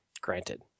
Granted